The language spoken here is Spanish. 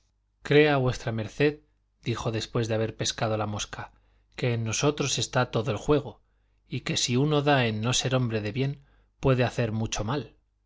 crea v md dijo después de haber pescado la mosca que en nosotros está todo el juego y que si uno da en no ser hombre de bien puede hacer mucho mal